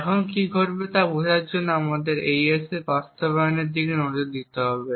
এখন কী ঘটবে তা বোঝার জন্য আমাদের AES বাস্তবায়নের দিকে নজর দিতে হবে